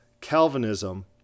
Calvinism